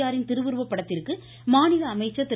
ஆரின் திருவுருப்படத்திற்கு மாநில அமைச்சர் திரு